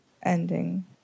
Ending